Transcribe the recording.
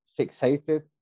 fixated